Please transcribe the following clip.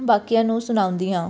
ਬਾਕੀਆਂ ਨੂੰ ਸੁਣਾਉਂਦੀ ਹਾਂ